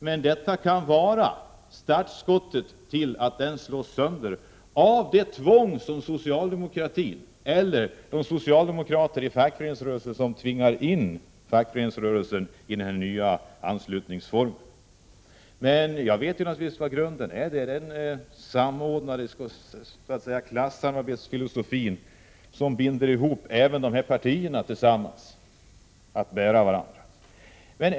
Det här kan vara startskottet till att den slås sönder genom att socialdemokratin eller socialdemokrater i fackföreningsrörelsen tvingar in denna rörelse i den nya anslutningsformen. Jag vet att grunden för detta är den samordnade Prot. 1988/89:20 klassamarbetsfilosofi som binder ihop det socialdemokratiska partiet med 9 november 1988 fackföreningsrörelsen.